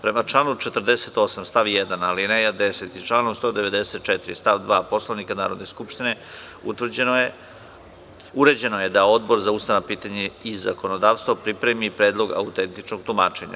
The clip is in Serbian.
Prema članu 48. stav 1. alineja 10. i članu 194. stav 2. Poslovnika Narodne skupštine uređeno je da Odbor za ustavna pitanja i zakonodavstvo pripremi Predlog autentičnog tumačenja.